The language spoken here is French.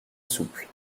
souples